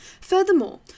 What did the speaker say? furthermore